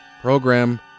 program